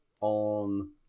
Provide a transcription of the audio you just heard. on